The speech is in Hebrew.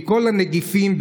מכל הנגיפים,